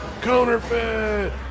Counterfeit